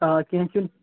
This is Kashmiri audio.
آ کیٚنٛہہ چھُنہٕ